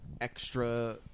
extra